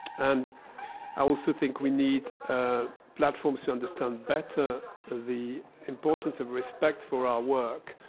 and i also think we need ah platforms to understand better the importance of respect for our work,